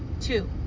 two